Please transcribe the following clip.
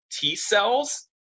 T-cells